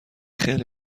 خیلی